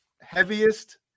Heaviest